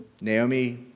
Naomi